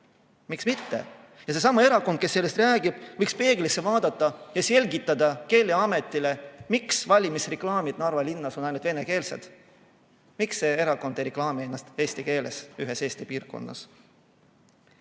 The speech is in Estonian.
Miks mitte? Ja seesama erakond, kes sellest räägib, võiks peeglisse vaadata ja selgitada Keeleametile, miks valimisreklaamid Narva linnas on ainult venekeelsed, miks see erakond ei reklaami ennast eesti keeles ühes Eesti piirkonnas.